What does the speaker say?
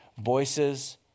Voices